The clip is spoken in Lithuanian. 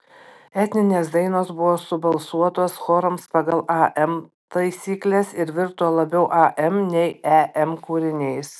etninės dainos buvo subalsuotos chorams pagal am taisykles ir virto labiau am nei em kūriniais